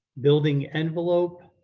building envelope,